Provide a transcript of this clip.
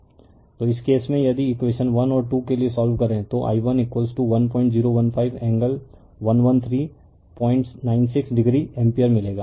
refer slide time 2801 तो इस case में यदि इकवेशन 1 और 2 के लिए सोल्व करें तो i11015 एंगल11396 डिग्री एम्पीयर मिलेगा